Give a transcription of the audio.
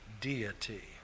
deity